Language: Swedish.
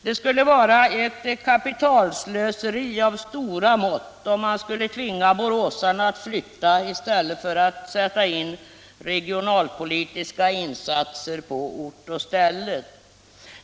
Det skulle vara ett kapitalslöseri av stora mått, om man skulle tvinga boråsarna att flytta i stället för att sätta in regionalpolitiska insatser på ort och ställe.